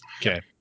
Okay